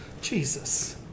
jesus